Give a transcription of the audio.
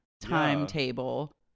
timetable